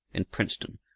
in princeton,